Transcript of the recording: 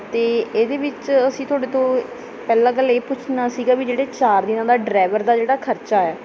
ਅਤੇ ਇਹਦੇ ਵਿੱਚ ਅਸੀਂ ਤੁਹਾਡੇ ਤੋਂ ਪਹਿਲਾਂ ਗੱਲ ਇਹ ਪੁੱਛਣਾ ਸੀਗਾ ਵੀ ਜਿਹੜੇ ਚਾਰ ਦਿਨਾਂ ਦਾ ਡਰਾਈਵਰ ਦਾ ਜਿਹੜਾ ਖਰਚਾ ਹੈ